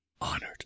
honored